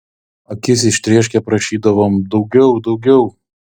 akis ištrėškę prašydavom daugiau daugiau